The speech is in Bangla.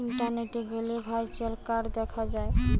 ইন্টারনেটে গ্যালে ভার্চুয়াল কার্ড দেখা যায়